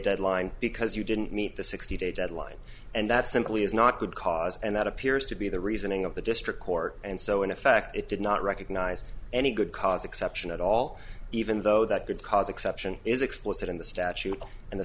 deadline because you didn't meet the sixty day deadline and that simply is not good cause and that appears to be the reasoning of the district court and so in effect it did not recognize any good cause exception at all even though that could cause exception is explicit in the statute and the